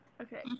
Okay